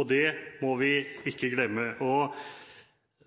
og det må vi ikke glemme.